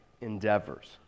endeavors